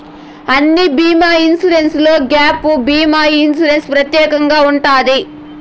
అన్ని బీమా ఇన్సూరెన్స్లో గ్యాప్ భీమా ఇన్సూరెన్స్ ప్రత్యేకంగా ఉంటది